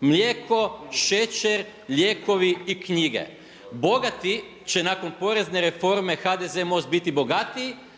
mlijeko, šećer, lijekovi i knjige. Bogati će nakon porezne reforme HDZ, MOST biti bogatiji